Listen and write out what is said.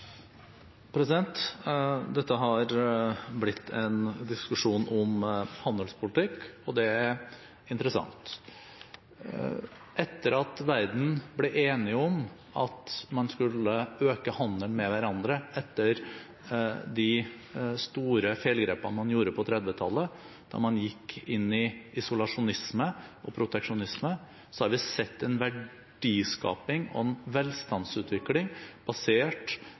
Dette har blitt en diskusjon om handelspolitikk, og det er interessant. Etter at verden ble enig om at man skulle øke handelen med hverandre etter de store feilgrepene man gjorde på 1930-tallet da man gikk inn i isolasjonisme og proteksjonisme, har vi sett en verdiskaping og en velstandsutvikling – basert